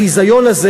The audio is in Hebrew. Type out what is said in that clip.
החיזיון הזה,